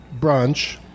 brunch